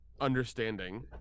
understanding